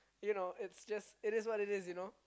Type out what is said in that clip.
you know it is what is you know